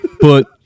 But-